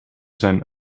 zijn